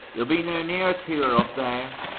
you'll be no nearer to her up there.